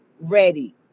ready